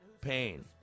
pain